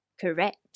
Correct